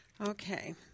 Okay